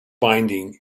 binding